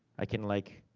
i can like,